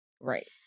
Right